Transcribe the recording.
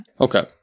Okay